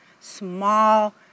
small